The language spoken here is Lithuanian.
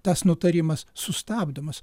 tas nutarimas sustabdomas